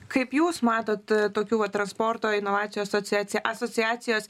kaip jūs matot tokių va transporto inovacijų asociacija asociacijos